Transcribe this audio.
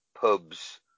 pubs